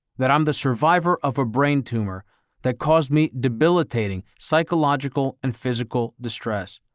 that i'm the survivor of a brain tumor that caused me debilitating psychological and physical distress.